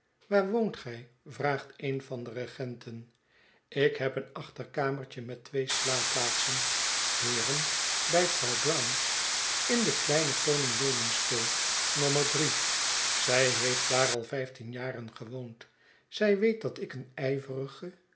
waar woont gij vraagteen van de regenten ik heb een achterkamertje met twee slaapplaatsen heeren bij vrouw brown in de kleine koning williamsteeg nommer zij heeft daar al vijftien jaren gewoond zij weet dat ik een ijverige